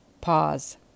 Pause